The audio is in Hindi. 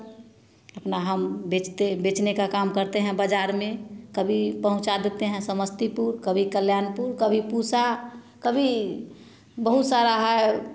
अपना हम बेचते बेचने का काम करते हैं बजार में कभी पहुँचा देते हैं समस्तीपुर कभी कल्याणपुर कभी पूसा कभी बहुत सारा है